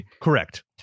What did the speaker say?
Correct